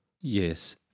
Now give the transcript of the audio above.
Yes